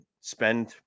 spend